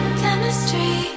chemistry